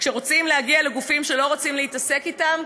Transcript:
כשרוצים להגיע לגופים שלא רוצים להתעסק אתם,